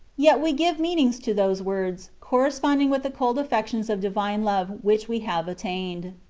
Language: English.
yet we give meanings to those words, corresponding with the cold affections of divine love which we have attained.